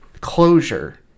closure